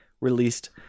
released